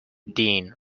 dean